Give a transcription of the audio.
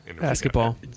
Basketball